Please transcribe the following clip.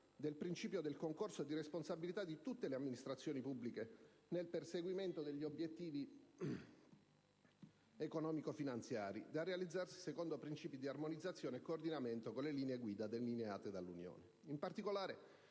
del principio del concorso di responsabilità di tutte le amministrazioni pubbliche nel perseguimento degli obiettivi economico-finanziari, da realizzarsi secondo principi di armonizzazione e coordinamento con le linee guida delineate dall'Unione.